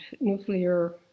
nuclear